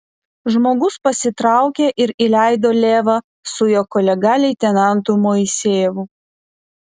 žmogus pasitraukė ir įleido levą su jo kolega leitenantu moisejevu